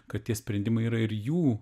kad tie sprendimai yra ir jų